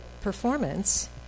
performance